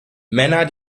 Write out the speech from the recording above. männer